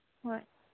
ꯍꯣꯏ